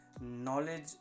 knowledge